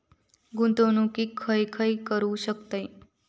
गुंतवणूक खय खय करू शकतव?